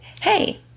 hey